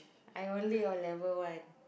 I only O-level one